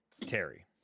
Terry